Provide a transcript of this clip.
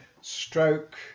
stroke